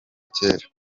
kera